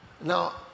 Now